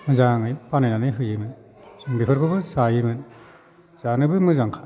मोजाङै बानायनानै होयोमोन जों बेफोरखौबो जायोमोन जानोबो मोजांखा